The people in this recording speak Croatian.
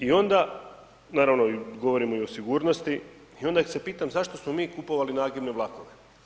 I onda naravno, govorimo i o sigurnosti i onda se pitam zašto smo mi kupovali nagibne vlakove?